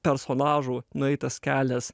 personažų nueitas kelias